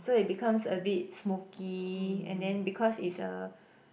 so it becomes a bit smokey and then because it's a